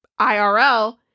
irl